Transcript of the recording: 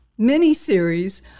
miniseries